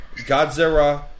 Godzilla